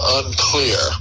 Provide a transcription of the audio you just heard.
unclear